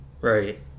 Right